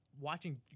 watching